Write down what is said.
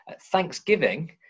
Thanksgiving